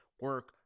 Work